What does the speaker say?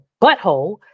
butthole